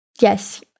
yes